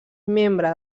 membre